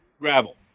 gravel